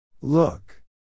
Look